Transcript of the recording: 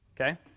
Okay